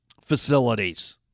facilities